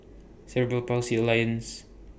Cerebral Palsy Alliance